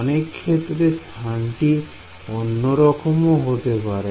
অনেক ক্ষেত্রে স্থানটি অন্যরকমও হতে পারে